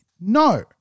No